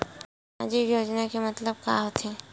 सामजिक योजना मतलब का होथे?